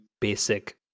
basic